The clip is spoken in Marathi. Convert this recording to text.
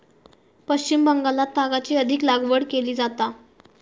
पश्चिम बंगालात तागाची अधिक लागवड केली जाता